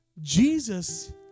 Jesus